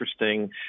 interesting